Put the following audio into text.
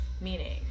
meaning